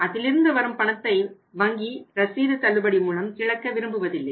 அதில் இருந்து வரும் பணத்தை வங்கி ரசீது தள்ளுபடி மூலம் இழக்க விரும்புவதில்லை